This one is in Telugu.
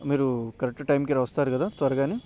మీరు కరెక్ట్ టైంకి ర వస్తారు కదా త్వరగానే